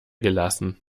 gelassen